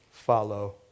Follow